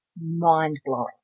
mind-blowing